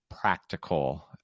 practical